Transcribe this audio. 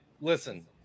listen